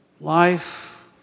Life